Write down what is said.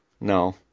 No